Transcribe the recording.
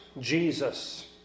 Jesus